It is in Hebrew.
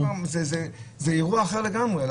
זה אירוע אחר לגמרי.